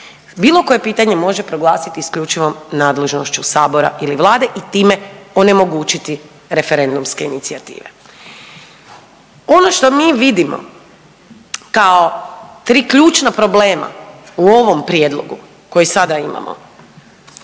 bilo koje pitanje može proglasiti isključivom nadležnošću sabora ili Vlade i time onemogućiti referendumske inicijative. Ono što mi vidimo kao tri ključna problema u ovom prijedlogu koji sada imamo,